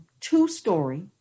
two-story